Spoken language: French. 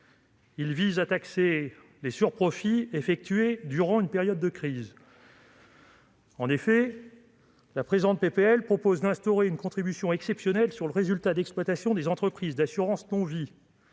Il vise à taxer les sur-profits réalisés durant une période de crise. Plus précisément, la présente proposition de loi instaure une contribution exceptionnelle sur le résultat d'exploitation des entreprises d'assurance non-vie,